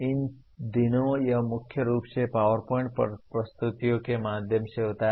इन दिनों यह मुख्य रूप से PowerPoint प्रस्तुतियों के माध्यम से होता है